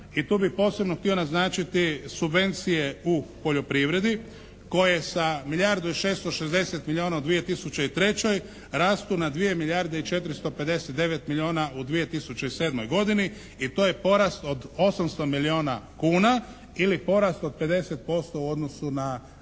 i tu bi posebno htio naznačiti subvencije u poljoprivredi koje sa milijardu i 660 milijuna u 2003. rastu na dvije milijarde i 459 milijuna u 2007. godini i to je porast od 800 milijuna kuna ili porast od 50% u odnosu na